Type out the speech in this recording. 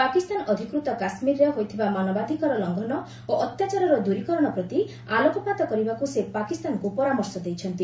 ପାକିସ୍ତାନ ଅଧିକୃତ କାଶ୍ମୀରରେ ହେଉଥିବା ମାନବାଧିକାର ଲଙ୍ଘନ ଓ ଅତ୍ୟାଚାରର ଦୂରୀକରଣ ପ୍ରତି ଆଲୋକପାତ କରିବାକୁ ସେ ପାକିସ୍ତାନକୁ ପରାମର୍ଶ ଦେଇଛନ୍ତି